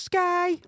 Sky